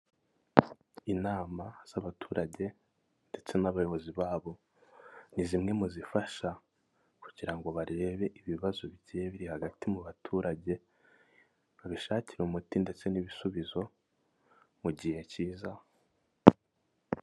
Inama z'abaturage ndetse n'abayobozi babo, ni zimwe mu zifasha kugira ngo barebe ibibazo bigiye biri hagati mu baturage, babishakire umuti ndetse n'ibisubizo mu gihe kiza.